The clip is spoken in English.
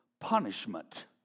punishment